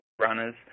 runners